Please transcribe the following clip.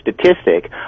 statistic